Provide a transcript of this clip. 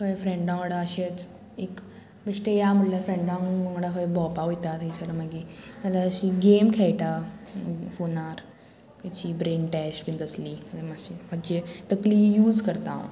खंय फ्रेंडा वांगडा अशेंच एक बेश्टे या म्हटल्यार फ्रेंडा वांग वांगडा खंय भोंवपा वयता थंयसर मागीर ना जाल्यार अशी गेम खेळटा फोनार खंयची ब्रेन टॅस्ट बीन तसली मातशी मात्शे तकली यूज करता हांव